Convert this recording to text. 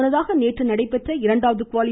முன்னதாக நேற்று நடைபெற்ற இரண்டாவது குவாலி